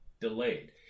delayed